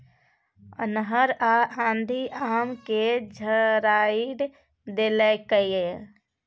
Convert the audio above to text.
अन्हर आ आंधी आम के झाईर देलकैय?